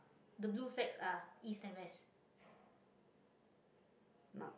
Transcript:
the blue flags are east and west